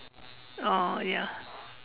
oh ya